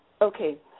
Okay